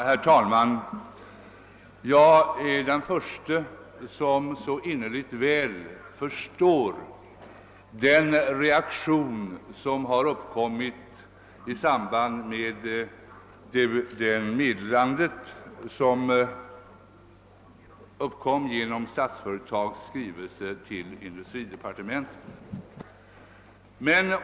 Herr talman! Jag är den förste att innerligt väl förstå reaktionen i samband med meddelandet om Statsföretags skrivelse till industridepartementet.